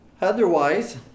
Otherwise